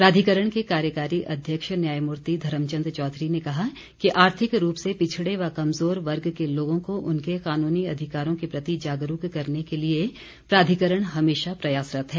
प्राधिकरण के कार्यकारी अध्यक्ष न्यायमूर्ति धर्मचंद चौधरी ने कहा कि आर्थिक रूप से पिछड़े व कमज़ोर वर्ग के लोगों को उनके कानूनी अधिकारों के प्रति जागरूक करने के लिए प्राधिकरण हमेशा प्रयासरत है